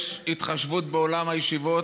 יש התחשבות בעולם הישיבות.